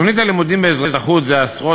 חברי הכנסת, כמדי יום שני, סדרת הצעות אי-אמון